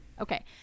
Okay